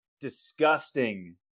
disgusting